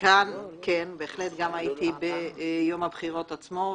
בהחלט גם הייתי ביום הבחירות עצמו.